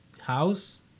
house